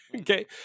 okay